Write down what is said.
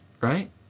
Right